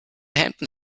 hemden